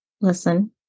listen